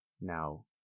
Now